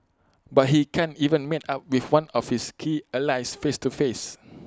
but he can't even meet up with one of his key allies face to face